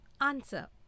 Answer